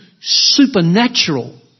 supernatural